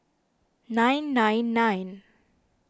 nine nine nine